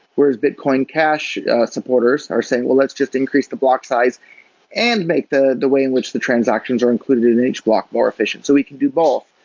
whereas bitcoin cash supporters are saying, well, let's just increase the block size and make the the way in which the transactions are included in each block more efficient, so we can do both.